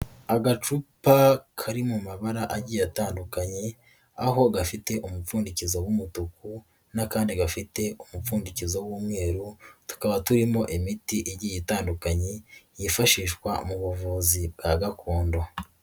Agacupa kari mu mabara agiye atandukanye, aho gafite umupfundikizo w'umutuku n'akandi gafite umupfundikizo w'umweru, tukaba turimo imiti igiye itandukanye yifashishwa mu buvuzi bwa gakondo.